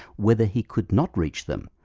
whether he could not reach them,